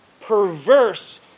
perverse